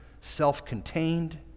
self-contained